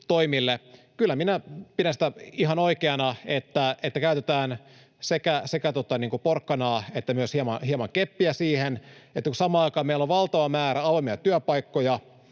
Kyllä minä pidän sitä ihan oikeana, että siihen käytetään sekä porkkanaa että myös hieman keppiä, kun samaan aikaan meillä on valtava määrä avoimia työpaikkoja.